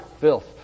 filth